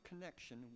connection